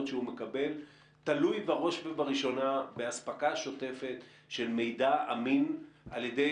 שהוא מקבל תלויים בראש ובראשונה באספקה שוטפת של מידע אמין על ידי